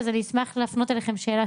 אז אני אשמח להפנות אליכם שאלה.